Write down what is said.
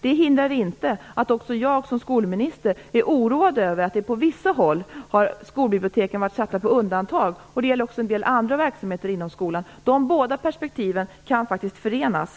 Det hindrar inte att också jag som skolminister är oroad över att skolbiblioteken på vissa håll har varit satta på undantag. Det gäller också en del andra verksamheter inom skolan. Dessa båda perspektiv kan faktiskt förenas.